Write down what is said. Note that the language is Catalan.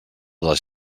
les